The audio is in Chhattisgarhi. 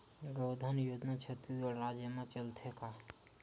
गौधन योजना छत्तीसगढ़ राज्य मा चलथे का?